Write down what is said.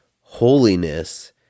holiness